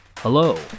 Hello